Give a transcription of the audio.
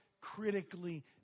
critically